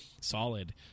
solid